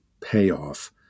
payoff